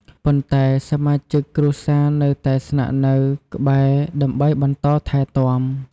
ប៉ុន្តែ សមាជិកគ្រួសារនៅតែស្នាក់នៅក្បែរ ដើម្បីបន្តថែទាំ។